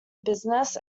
business